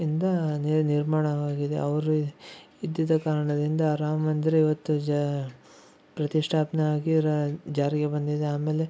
ಇಂದ ನಿರ್ಮಾಣವಾಗಿದೆ ಅವರು ಇದ್ದಿದ ಕಾರಣದಿಂದ ರಾಮ ಮಂದಿರ ಇವತ್ತು ಜ ಪ್ರತಿಷ್ಠಾಪನೆ ಆಗಿ ರಾ ಜಾರಿಗೆ ಬಂದಿದೆ ಆಮೇಲೆ